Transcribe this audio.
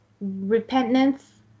repentance